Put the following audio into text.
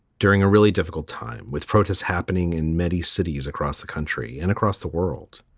during a really difficult time with protests happening in many cities across the country and across the world.